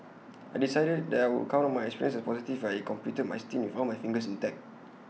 I decided that I would count my experience as positive if I completed my stint with all my fingers intact